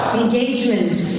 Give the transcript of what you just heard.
engagements